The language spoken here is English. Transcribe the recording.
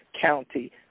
County